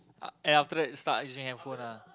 uh then after that start using handphone lah